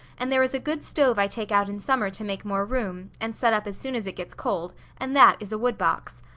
and there is a good stove i take out in summer to make more room, and set up as soon as it gets cold, and that is a wood box.